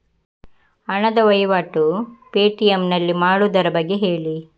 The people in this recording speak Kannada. ಹಣದ ವಹಿವಾಟು ಪೇ.ಟಿ.ಎಂ ನಲ್ಲಿ ಮಾಡುವುದರ ಬಗ್ಗೆ ಹೇಳಿ